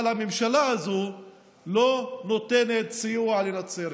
אבל הממשלה הזו לא נותנת סיוע לנצרת.